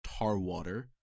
Tarwater